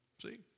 See